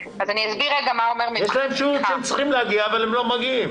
יש להם שירות שהם צריכים להגיע, אבל הם לא מגיעים.